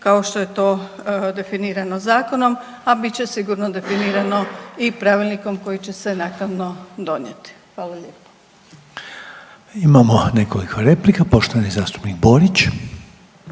kao što je to definirano zakonom, a bit će sigurno definirano i pravilnikom koji će se naknadno donijeti. Hvala lijepo. **Radin, Furio (Nezavisni)** Imamo nekoliko replika. Poštovani zastupnik Borić.